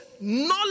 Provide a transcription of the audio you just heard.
knowledge